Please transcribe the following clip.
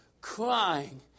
crying